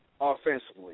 offensively